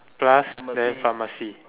plus then pharmacy